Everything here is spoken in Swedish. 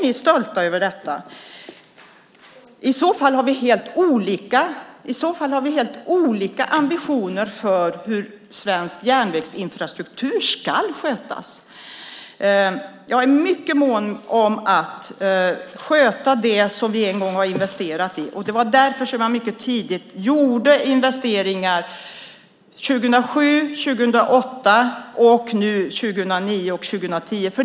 I så fall har vi helt olika ambitioner för hur svensk järnvägsinfrastruktur ska skötas. Jag är mycket mån om att sköta det som vi en gång har investerat i. Det var därför som jag mycket tidigt gjorde investeringar 2007, 2008 och nu 2009 och 2010.